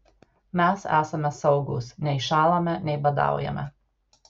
mes esame saugūs nei šąlame nei badaujame